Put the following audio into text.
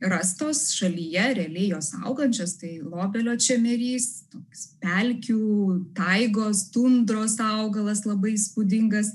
rastos šalyje realiai jos augančios tai lobelio čemerys toks pelkių taigos tundros augalas labai įspūdingas